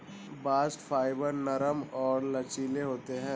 bast fibre नरम और लचीले होते हैं